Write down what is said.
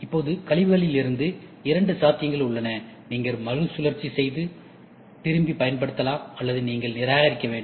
இப்போது கழிவுகளிலிருந்து இரண்டு சாத்தியங்கள் உள்ளன நீங்கள் மறுசுழற்சி செய்து திரும்பிபயன்படுத்தலாம் அல்லது நீங்கள் நிராகரிக்க வேண்டும்